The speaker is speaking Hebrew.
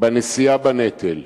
בנשיאה בנטל.